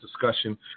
discussion